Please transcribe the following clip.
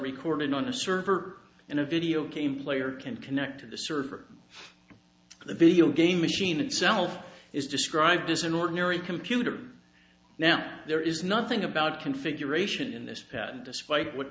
recorded on a server and a video game player can connect to the server the video game machine itself is described as an ordinary computer now there is nothing about configuration in this patent despite what